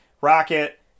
Rocket